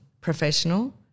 professional